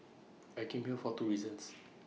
I came here for two reasons